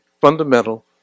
fundamental